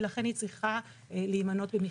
ולכן, היא צריכה להימנות במכסה.